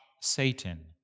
Satan